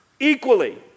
equally